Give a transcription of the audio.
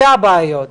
אלה הן הבעיות.